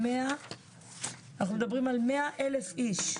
אנחנו מדברים על 100,000 איש.